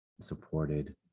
supported